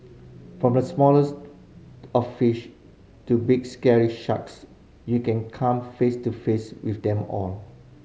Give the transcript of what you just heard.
from the smallest of fish to big scary sharks you can come face to face with them all